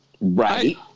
Right